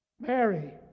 Mary